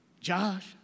Josh